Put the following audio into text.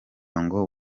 ngo